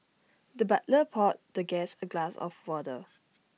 the butler poured the guest A glass of water